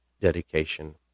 dedication